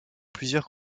plusieurs